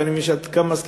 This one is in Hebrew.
ואני מבין שאת מסכימה,